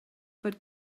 bod